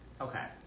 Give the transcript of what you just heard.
Okay